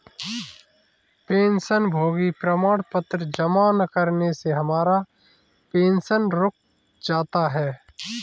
पेंशनभोगी प्रमाण पत्र जमा न करने से हमारा पेंशन रुक जाता है